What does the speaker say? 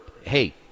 hey